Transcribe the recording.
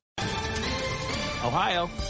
Ohio